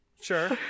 Sure